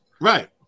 Right